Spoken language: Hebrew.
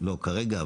לא כרגע.